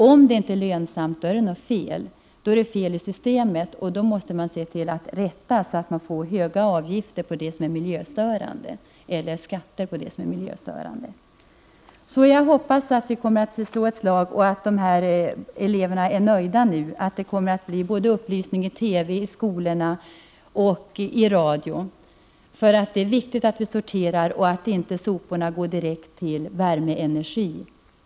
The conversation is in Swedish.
Om det inte är lönsamt är det fel i systemet, och då måste man se till att få avgifter och skatter på det som är miljöstörande. Jag hoppas att vi kan slå ett slag för detta och att eleverna skall bli nöjda med att det blir upplysning både i TV, i skolorna och i radio. Det är viktigt att vi sorterar och att inte soporna går direkt till värmeenergi.